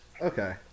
Okay